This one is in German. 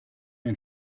den